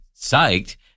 psyched